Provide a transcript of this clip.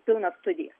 pilnas studijas